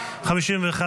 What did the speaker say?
לחלופין ה לא נתקבלה.